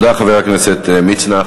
תודה לחבר הכנסת מצנע.